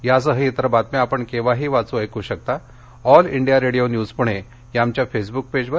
यासह इतर बातम्या आपण केव्हाही वाचू ऐकू शकता all India radio news Pune या आमच्या फेसब्क पेजवर